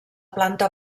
planta